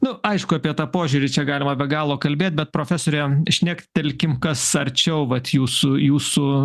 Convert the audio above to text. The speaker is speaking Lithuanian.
nu aišku apie tą požiūrį čia galima be galo kalbėt bet profesore šnektelkim kas arčiau vat jūsų jūsų